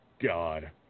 God